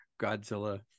Godzilla